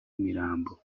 imirambo